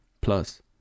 Plus